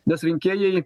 nes rinkėjai